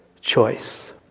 choice